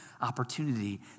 opportunity